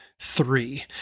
three